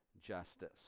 justice